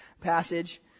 passage